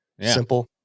simple